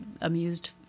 amused